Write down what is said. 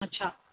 अच्छा